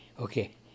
okay